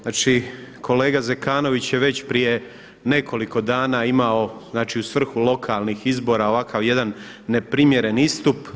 Znači kolega Zekanović je već prije nekoliko dana imao, znači u svrhu lokalnih izbora ovakav jedan neprimjeren istup.